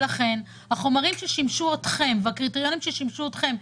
ולכן החומרים ששימשו אתכם והקריטריונים ששימשו אתכם,